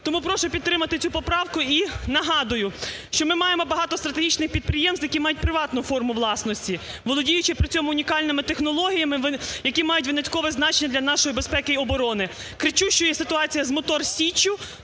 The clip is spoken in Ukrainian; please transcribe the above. тому прошу підтримати цю поправку. І нагадую, що ми маємо багато стратегічних підприємств, які мають приватну форму власності, володіючи при цьому унікальними технологіями, які мають виняткове значення для нашої безпеки і оборони. Кричущою є ситуація з "Мотор Січчю",